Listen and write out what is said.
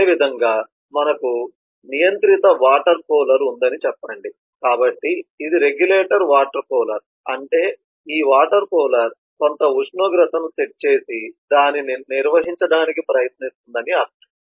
అదేవిధంగా మనకు నియంత్రిత వాటర్ కూలర్ ఉందని చెప్పండి కాబట్టి ఇది రెగ్యులేటర్ వాటర్ కూలర్ అంటే ఈ వాటర్ కూలర్ కొంత ఉష్ణోగ్రతను సెట్ చేసి దానిని నిర్వహించడానికి ప్రయత్నిస్తుంది అని అర్ధం